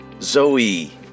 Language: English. Zoe